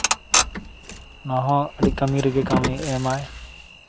ᱱᱚᱣᱟ ᱦᱚᱸ ᱟᱹᱰᱤ ᱠᱟᱹᱢᱤ ᱨᱮᱜᱮ ᱠᱟᱹᱢᱤ ᱮᱢᱟᱭ